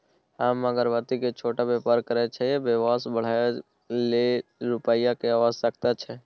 हम अगरबत्ती के छोट व्यापार करै छियै व्यवसाय बढाबै लै रुपिया के आवश्यकता छै?